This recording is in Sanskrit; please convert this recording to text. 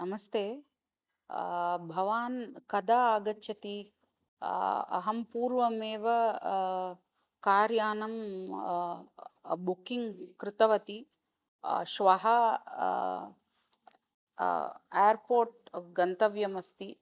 नमस्ते भवान् कदा आगच्छति अहं पूर्वमेव कार्यानं बुक्किङ्ग् कृतवति श्वः यार्पोर्ट् गन्तव्यमस्ति